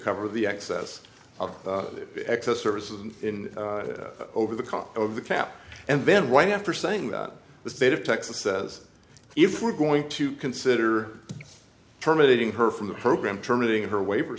cover the excess of excess services in over the cost of the cap and then right after saying that the state of texas says if we're going to consider terminating her from the program terminating her waiver